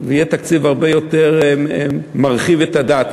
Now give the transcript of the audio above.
ויהיה תקציב הרבה יותר מרחיב את הדעת,